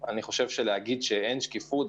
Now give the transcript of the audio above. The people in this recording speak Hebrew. אבל אי-אפשר לומר שאין שקיפות,